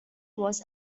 was